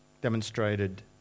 demonstrated